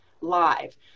live